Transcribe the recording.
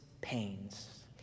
pains